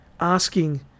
asking